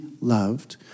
loved